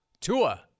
Tua